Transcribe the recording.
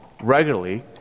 regularly